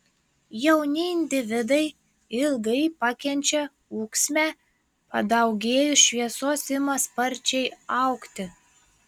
jauni individai ilgai pakenčia ūksmę padaugėjus šviesos ima sparčiai augti